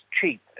cheap